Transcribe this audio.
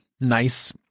nice